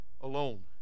alone